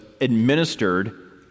administered